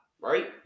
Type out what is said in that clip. right